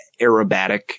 aerobatic